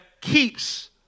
keeps